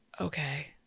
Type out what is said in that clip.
okay